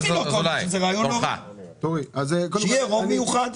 אמרתי לו קודם שזה רעיון לא רע, שיהיה רוב מיוחד.